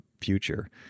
future